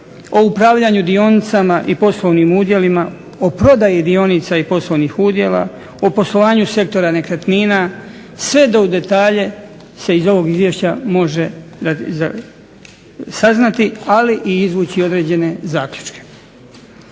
o upravljanju dionicama i poslovnim udjelima, o prodaji dionica i poslovnih udjela, o poslovanju sektora nekretnina sve do u detalje se iz ovog izvješća može saznati ali i izvući određene zaključke.